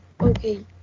okay